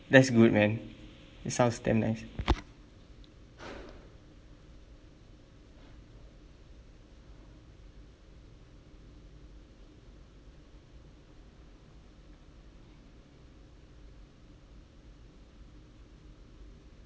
that's good man it sounds damn nice